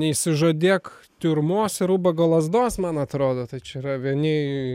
neišsižadėk tiurmos ir ubago lazdos man atrodo tai čia yra vieni